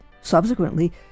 Subsequently